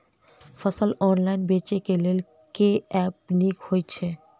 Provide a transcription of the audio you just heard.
फसल ऑनलाइन बेचै केँ लेल केँ ऐप नीक होइ छै?